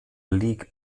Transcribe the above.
league